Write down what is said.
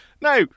Now